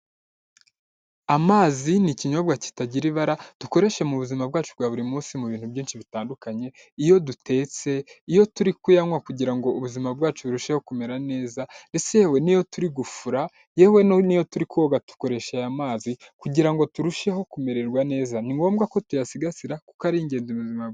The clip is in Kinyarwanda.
Amazi ni ikinyobwa kitagira ibara dukoreshe mu buzima bwacu bwa buri munsi mu bintu byinshi bitandukanye iyo dutetse iyo turi kuyanywa kugirango ubuzima bwacu burusheho kumera neza, ese yewe n'iyo turi gufura yewe n'iyo turi koga dukoresha aya mazi kugira ngo turusheho kumererwa neza, ni ngombwa ko tuyasigasira kuko ari ingenzi mu buzima bwecu.